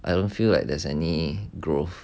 I don't feel like there's any growth